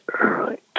right